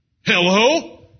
Hello